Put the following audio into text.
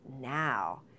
now